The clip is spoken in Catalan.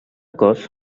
cos